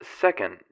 Second